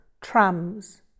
trams